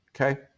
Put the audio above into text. Okay